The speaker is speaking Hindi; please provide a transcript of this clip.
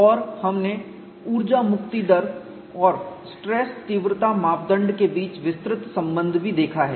और हमने ऊर्जा मुक्ति दर और स्ट्रेस तीव्रता मापदंड के बीच विस्तृत संबंध भी देखा है